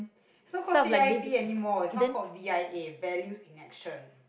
so called C_I_P anymore it's not called V_I_A values in action